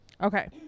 Okay